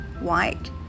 White